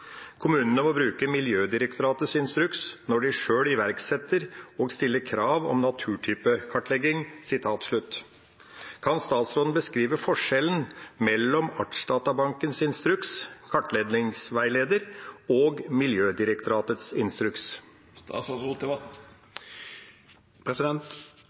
Kommunene må bruke Miljødirektoratets instruks når de selv iverksetter og stiller krav om naturtype-kartlegging.» Kan statsråden beskrive forskjellen mellom Artsdatabankens instruks og Miljødirektoratets instruks?»